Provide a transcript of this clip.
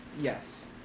Yes